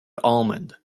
almond